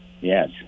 Yes